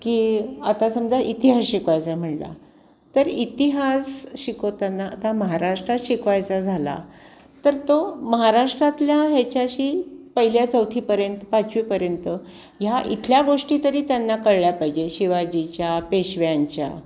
की आता समजा इतिहास शिकवायचा म्हटला तर इतिहास शिकवताना आता महाराष्ट्रात शिकवायचा झाला तर तो महाराष्ट्रातल्या ह्याच्याशी पहिल्या चौथीपर्यंत पाचवीपर्यंत ह्या इथल्या गोष्टी तरी त्यांना कळल्या पाहिजे शिवाजीच्या पेशव्यांच्या